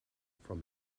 from